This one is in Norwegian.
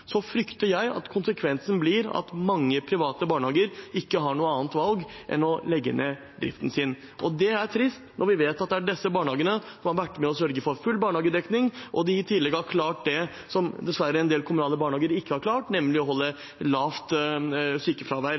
frykter jeg at konsekvensen blir at mange private barnehager ikke har noe annet valg enn å legge ned driften sin. Det er trist når vi vet at det er disse barnehagene som har vært med på å sørge for full barnehagedekning, og at de i tillegg har klart noe som en del kommunale barnehager dessverre ikke har klart, nemlig å ha et lavt sykefravær.